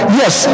yes